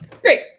Great